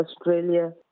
Australia